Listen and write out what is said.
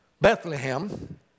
Bethlehem